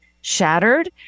shattered